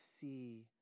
see